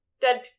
dead